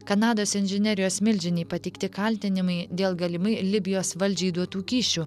kanados inžinerijos milžinei pateikti kaltinimai dėl galimai libijos valdžiai duotų kyšių